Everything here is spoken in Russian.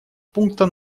пункта